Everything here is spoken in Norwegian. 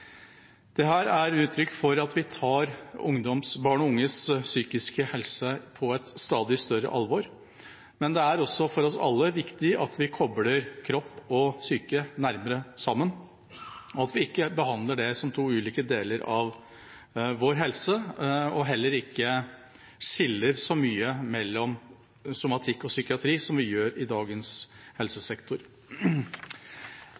er uttrykk for at vi tar barn og unges psykiske helse på stadig større alvor. Men det er også viktig for oss alle at vi kobler kropp og psyke nærmere sammen, at vi ikke behandler det som to ulike deler av vår helse og heller ikke skiller så mye mellom somatikk og psykiatri som vi gjør i dagens